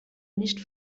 nicht